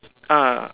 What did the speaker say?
ah